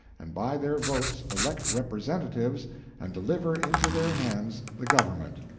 and by their votes elect representatives and deliver into their hands the government.